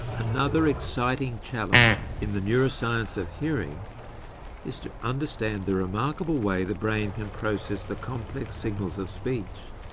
another exciting challenge in the neuroscience of hearing is to understand the remarkable way the brain can process the complex signals of speech.